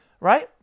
Right